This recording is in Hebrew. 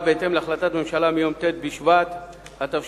בהתאם להחלטת הממשלה מיום ט' בשבט התש"ע,